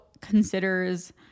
considers